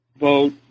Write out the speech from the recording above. vote